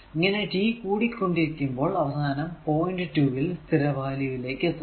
ഇങ്ങനെ t കൂടിക്കൊണ്ടിരിക്കുമ്പോൾ അവസാനം പോയിന്റ് 2 ൽ സ്ഥിര വാല്യൂ ലേക്ക് എത്തുന്നു